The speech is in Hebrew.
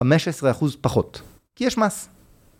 15% פחות, כי יש מס.